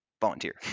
volunteer